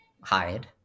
hide